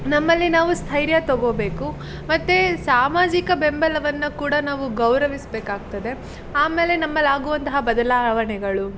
ನಮ್ಮಲ್ಲಿ ನಾವು ಸ್ಥೈರ್ಯ ತೊಗೋಬೇಕು ಮತ್ತು ಸಾಮಾಜಿಕ ಬೆಂಬಲವನ್ನು ಕೂಡ ನಾವು ಗೌರವಿಸಬೇಕಾಗ್ತದೆ ಆಮೇಲೆ ನಮ್ಮಲ್ಲಿ ಆಗುವಂತಹ ಬದಲಾವಣೆಗಳು